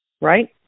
Right